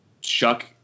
Chuck